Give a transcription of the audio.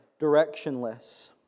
directionless